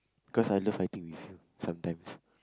cause I love fighting with you sometimes